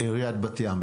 עיריית בת ים.